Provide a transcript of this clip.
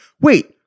Wait